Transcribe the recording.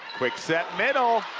quick set, middle.